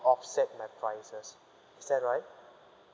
offset my prices is that right